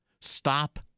Stop